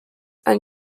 and